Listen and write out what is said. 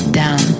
down